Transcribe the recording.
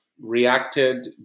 reacted